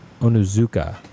Onuzuka